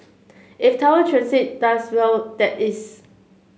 if Tower Transit does well that is